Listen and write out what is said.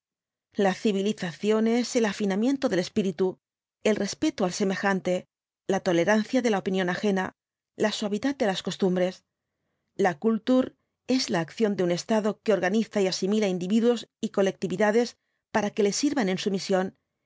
la civilización es el afinamiento del espíritu el respeto al semejante la tolerancia de la opinión ajena la suavidad de las costumbres la kultur es la acción de un estado que organiza y asimila individuos y colectividades para que le sirvan en su misión